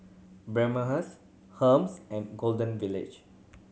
Bioderma Hermes and Golden Village